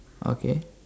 okay